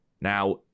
now